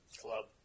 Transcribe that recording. Club